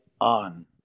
on